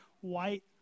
white